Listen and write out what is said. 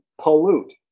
pollute